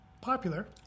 popular